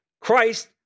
Christ